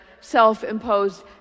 self-imposed